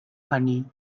honey